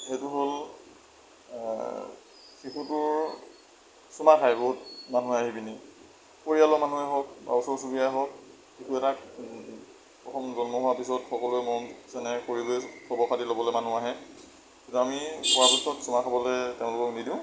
সেইটো হ'ল শিশুটোৰ চুমা খাই বহুত মানুহে আহি লৈ পৰিয়ালৰ মানুহেই হওক বা ওচৰ চুবুৰীয়াই হওক শিশু এটাক প্ৰথম জন্ম হোৱাৰ পিছত সকলোৱে মৰম চেনেহ কৰি লৈ খবৰ খাতিৰ লবলৈ মানুহ আহে আমি পৰাপক্ষত চুমা খাবলৈ তেওঁলোকক নিদিও